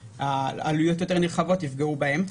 ועלויות נרחבות יותר יפגעו בהם.